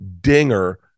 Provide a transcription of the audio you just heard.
dinger